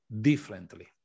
differently